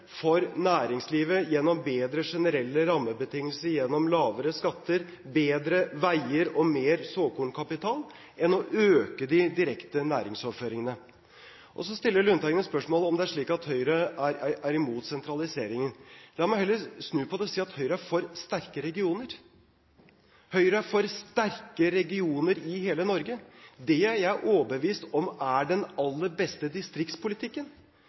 for næringslivet gjennom bedre generelle rammebetingelser, gjennom lavere skatter, bedre veier og mer såkornkapital enn å øke de direkte næringsoverføringene. Så stiller Lundteigen spørsmål om det er slik at Høyre er imot sentraliseringen. La meg heller snu på det og si at Høyre er for sterke regioner i hele Norge. Det er jeg overbevist om er den aller beste distriktspolitikken